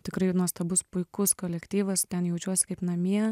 tikrai nuostabus puikus kolektyvas ten jaučiuos kaip namie